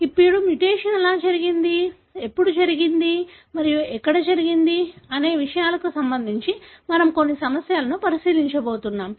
ఇప్పుడు మ్యుటేషన్ ఎలా జరిగింది ఎప్పుడు జరిగింది మరియు ఎక్కడ జరిగింది అనే విషయాలకు సంబంధించి మేము కొన్ని సమస్యలను పరిశీలించబోతున్నాం